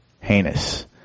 Heinous